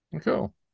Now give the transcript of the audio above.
cool